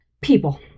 people